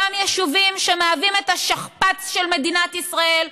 אותם יישובים שמהווים את השכפ"ץ של מדינת ישראל,